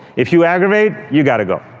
if you aggravate, you got to go.